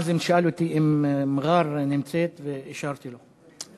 נאזם שאל אותי אם מע'אר נמצאת, ואישרתי לו.